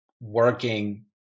working